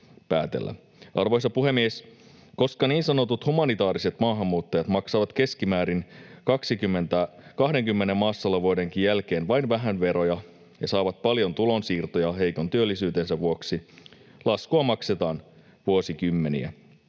Arvoisa puhemies! Koska niin sanotut humanitääriset maahanmuuttajat maksavat keskimäärin 20 maassaolovuodenkin jälkeen vain vähän veroja ja saavat paljon tulonsiirtoja heikon työllisyytensä vuoksi, laskua maksetaan vuosikymmeniä.